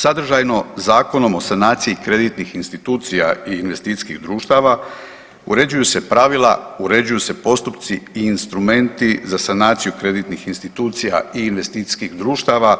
Sadržajno Zakonom o sanaciji kreditnih institucija i investicijskih društava uređuju se pravila, uređuju se postupci i instrumenti za sanaciju kreditnih institucija i investicijskih društava,